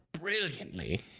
brilliantly